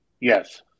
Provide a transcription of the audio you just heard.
Yes